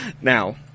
now